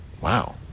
Wow